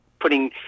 putting